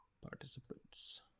participants